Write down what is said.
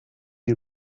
you